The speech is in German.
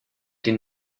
den